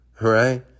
Right